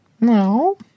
No